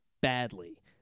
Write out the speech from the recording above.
badly